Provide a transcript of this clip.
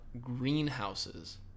greenhouses